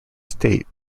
state